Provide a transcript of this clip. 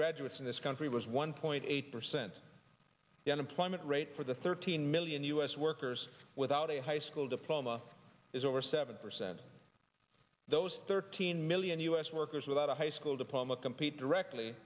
graduates in this country was one point eight percent the unemployment rate for the thirteen million u s workers without a high school diploma is over seven percent those thirteen million u s workers without a high school diploma compete directly